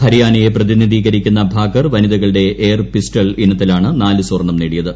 ഹരിയാനയെ പ്രതിനിധീകരിക്കുന്ന ഭാക്കർ വനിതകളുടെ air pistol ഇനത്തിലാണ് നാല് സ്വർണം നേടിയത്